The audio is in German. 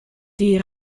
die